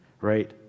right